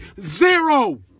zero